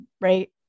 right